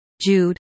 Jude